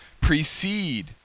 precede